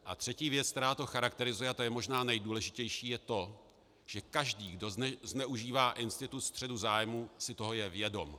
A třetí věc, která to charakterizuje, a to je možná nejdůležitější, je to, že každý, kdo zneužívá institut střetu zájmů, si toho je vědom.